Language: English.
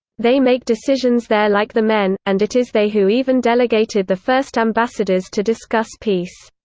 they make decisions there like the men, and it is they who even delegated the first ambassadors to discuss peace.